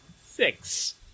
six